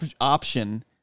option